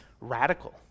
radical